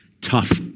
Tough